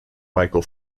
michael